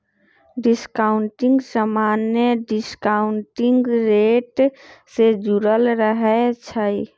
discounting समान्य discounting rate से जुरल रहै छइ